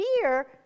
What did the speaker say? Fear